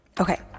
Okay